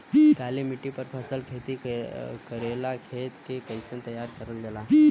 काली मिट्टी पर फसल खेती करेला खेत के कइसे तैयार करल जाला?